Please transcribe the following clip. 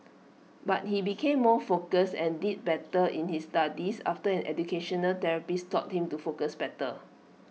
but he became more focused and did better in his studies after an educational therapist taught him to focus better